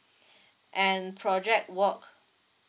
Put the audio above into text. and project work